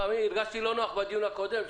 הרגשתי לא נוח בדיון הקודם,